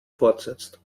fortsetzt